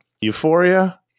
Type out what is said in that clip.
Euphoria